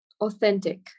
authentic